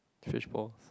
switch ball